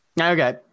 Okay